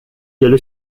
جلو